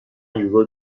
یوگا